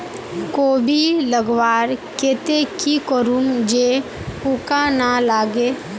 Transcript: कोबी लगवार केते की करूम जे पूका ना लागे?